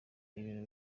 ibintu